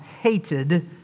hated